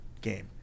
game